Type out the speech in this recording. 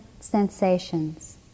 sensations